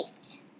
eight